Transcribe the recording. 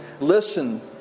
listen